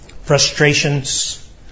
frustrations